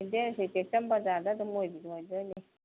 ꯑꯦꯗ꯭ꯔꯦꯁꯁꯦ ꯇꯦꯛꯆꯝ ꯕꯖꯥꯔꯗ ꯑꯗꯨꯝ ꯑꯣꯏꯗꯣꯏꯅꯤ